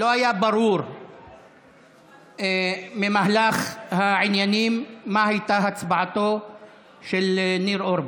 לא היה ברור ממהלך העניינים מה הייתה הצבעתו של ניר אורבך.